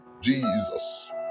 Jesus